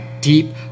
deep